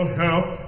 health